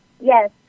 Yes